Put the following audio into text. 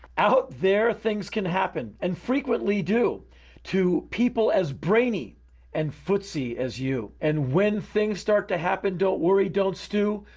out there things can happen and frequently do to people as brainy and footsy as you. and when things start to happen, don't worry. don't stew.